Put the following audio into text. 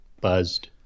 buzzed